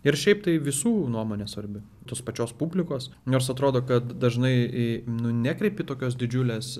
ir šiaip tai visų nuomonė svarbi tos pačios publikos niors atrodo kad dažnai i nu nekreipi tokios didžiulės